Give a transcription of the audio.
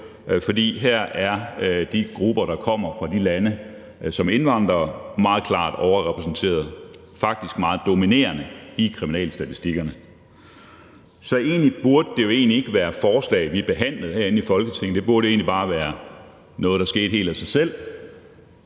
fordi de grupper, der kommer fra de lande som indvandrere, er meget klart overrepræsenteret, faktisk meget dominerende, i kriminalstatistikkerne. Så egentlig burde det jo ikke være forslag, vi behandlede her i Folketinget; det burde egentlig bare være noget, der skete helt af sig selv,